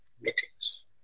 meetings